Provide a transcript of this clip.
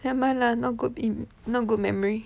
never mind lah not good in not good memory